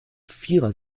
vierer